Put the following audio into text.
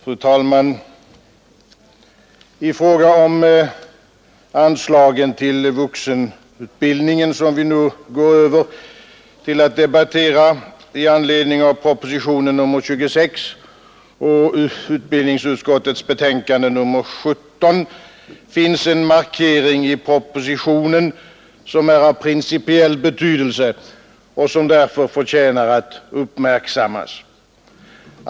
Fru talman! I fråga om anslagen till vuxenutbildningen, som vi nu går över till att debattera i anledning av propositionen 26 och utbildningsutskottets betänkande nr 17, finns en markering i propositionen som är av principiell betydelse och som därför förtjänar att uppmärksammas.